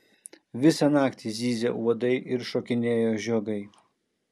visą naktį zyzė uodai ir šokinėjo žiogai